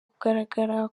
kugaragara